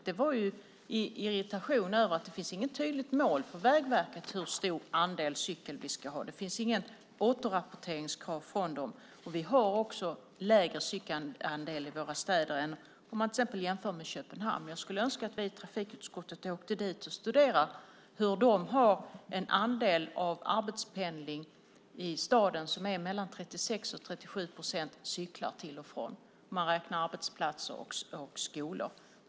Det var i irritation över att det inte finns något tydligt mål för Vägverket hur stor andel cykel vi ska ha. Det finns inga återrapporteringskrav från dem, och vi har också en lägre cykelandel i våra städer än till exempel Köpenhamn. Jag skulle önska att vi i trafikutskottet kunde åka dit och studera. Andelen arbetspendlande i staden som cyklar är mellan 36 och 37 procent om man räknar arbetsplatser och skolor.